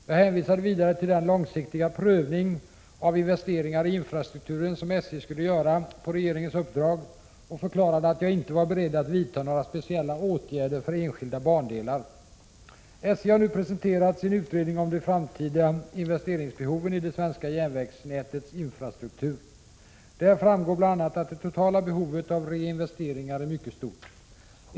Jag hänvisade vidare till den långsiktiga prövning av investeringar i infrastrukturen som SJ skulle göra på regeringens uppdrag och förklarade att jag inte var beredd att vidta några speciella åtgärder för enskilda bandelar. SJ har nu presenterat sin utredning om de framtida investeringsbehoven i det svenska järnvägsnätets infrastruktur. Där framgår bl.a. att det totala behovet av reinvesteringar är mycket stort.